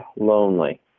lonely